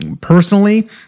Personally